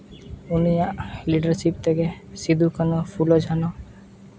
ᱩᱱᱤᱭᱟᱜ leadership ᱛᱮᱜᱮ ᱥᱤᱫᱩ ᱠᱟᱹᱱᱦᱩ ᱯᱷᱩᱞᱳ ᱡᱷᱟᱱᱚ